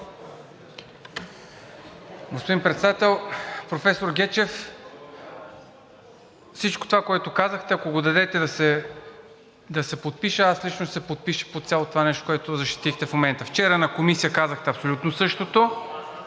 Господин Председател! Професор Гечев, всичко това, което казахте, ако го дадете да се подпиша, аз лично ще се подпиша под цялото това нещо, което защитихте в момента. Вчера в Комисията казахте абсолютно същото.